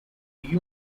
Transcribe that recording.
you